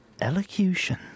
Elocution